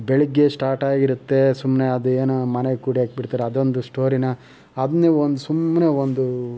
ಬೆಳಿಗ್ಗೆ ಸ್ಟಾರ್ಟ್ ಆಗಿರುತ್ತೆ ಸುಮ್ಮನೆ ಅದು ಏನೋ ಮನೆಲ್ಲಿ ಕೂಡಿಹಾಕಿ ಬಿಡ್ತಾರೆ ಅದೊಂದು ಸ್ಟೋರಿನಾ ಅದನ್ನೆ ಒಂದು ಸುಮ್ಮನೆ ಒಂದು